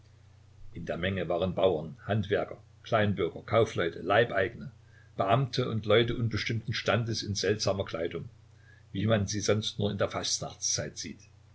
in der menge waren bauern handwerker kleinbürger kaufleute leibeigene beamte und leute unbestimmten standes in seltsamer kleidung wie man sie sonst nur in der fastnachtzeit sieht